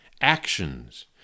actions